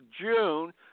June